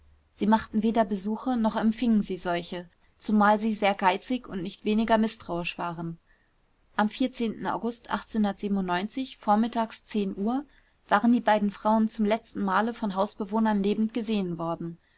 sie machten weder besuche noch empfingen sie solche zumal sie sehr geizig und nicht weniger mißtrauisch waren am august vormittags uhr waren die beiden frauen zum letzten male von hausbewohnern lebend gesehen worden